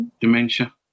Dementia